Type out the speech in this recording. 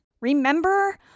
Remember